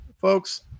folks